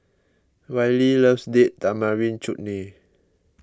Wylie loves Date Tamarind Chutney